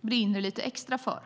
brinner lite extra för.